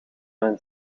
een